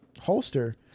holster